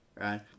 right